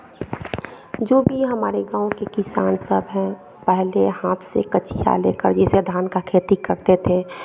जो भी हमारे गाँव के किसान सब हैं पहले हाथ से कचिया लेकर जैसे धान का खेती करते थे